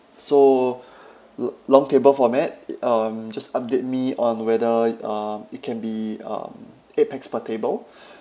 so lo~ long table format um just update me on whether um it can be um eight pax per table